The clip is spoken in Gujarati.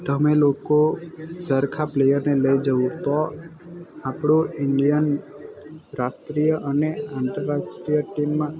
તમે લોકો સરખા પ્લેયરને લઈ જવું તો આપણું ઇન્ડિયન રાષ્ટ્રીય અને આંતરરાષ્ટ્રીય ટીમમાં